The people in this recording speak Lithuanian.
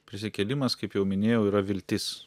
prisikėlimas kaip jau minėjau yra viltis